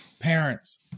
parents